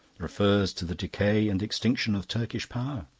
refers to the decay and extinction of turkish power,